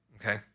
okay